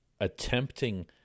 Attempting